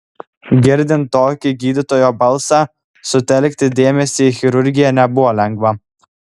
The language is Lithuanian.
girdint tokį gydytojo balsą sutelkti dėmesį į chirurgiją nebuvo lengva